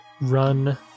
run